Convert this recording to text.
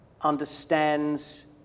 understands